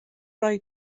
roi